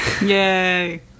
Yay